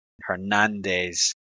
Hernandez